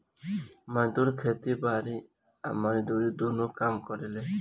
मजदूर खेती बारी आ मजदूरी दुनो काम करेले